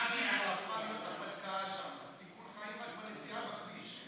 החלטה נגד הנגב.